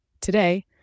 Today